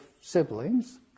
siblings